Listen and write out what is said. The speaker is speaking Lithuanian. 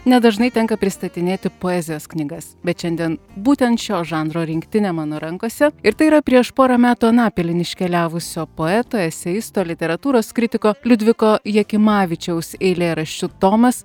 nedažnai tenka pristatinėti poezijos knygas bet šiandien būtent šio žanro rinktinė mano rankose ir tai yra prieš porą metų anapilin iškeliavusio poeto eseisto literatūros kritiko liudviko jakimavičiaus eilėraščių tomas